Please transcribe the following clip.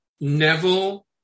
Neville